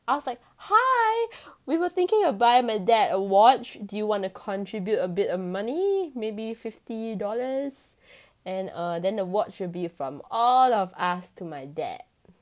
I was like hi we were thinking of buying my dad a watch do you want to contribute a bit of money maybe fifty dollars and err then the watch will be from all of us to my dad